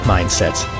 Mindsets